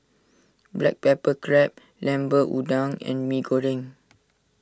Black Pepper Crab Lemper Udang and Mee Goreng